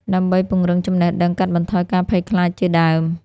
ដើម្បីពង្រឹងចំណេះដឹង កាត់បន្ថយការភ័យខ្លាចជាដើម។